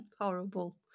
...horrible